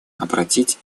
обратить